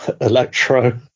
Electro